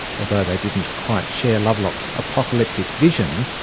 although they didn't quite share lovelock's apocalyptic vision,